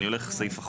אני הולך אחורה.